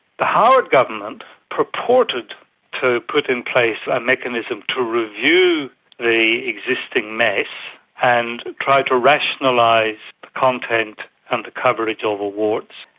the howard government purported to put in place a mechanism to review the existing mess and try to rationalise the like content and the coverage of awards.